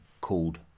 called